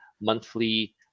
monthly